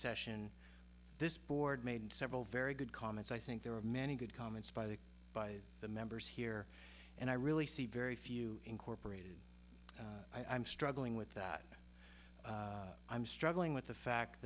session this board made several very good comments i think there are many good comments by the by the members here and i really see very few incorporated i'm struggling with that i'm struggling with the fact